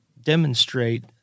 Demonstrate